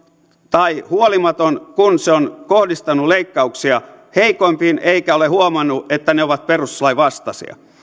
tai huolimaton kun se on kohdistanut leikkauksia heikoimpiin eikä ole huomannut että ne ovat perustuslain vastaisia